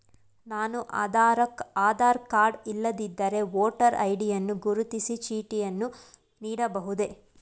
ನಾನು ಆಧಾರ ಕಾರ್ಡ್ ಇಲ್ಲದಿದ್ದರೆ voter ID ಯನ್ನು ಗುರುತಿನ ಚೀಟಿಯಾಗಿ ನೀಡಬಹುದೇ?